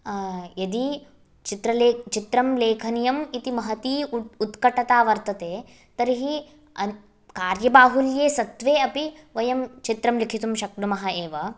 यदि चित्रले चित्रं लेखनीयम् इति महती उत्कटता वर्तते तर्हि कार्यबाहुल्ये सत्ये अपि वयं चित्रं लिखितुं शक्नुमः एव